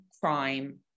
crime